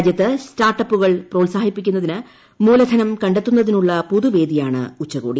രാജ്യത്ത് സ്റ്റാർട്ട് അപ്പുകൾ പ്രോത്സാഹിപ്പിക്കുന്നതിന് മൂലധനം കണ്ടെത്തുന്നതിനുള്ള് പൊതുവേദിയാണ് ഉച്ചകോടി